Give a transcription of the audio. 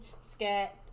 scat